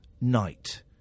night